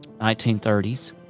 1930s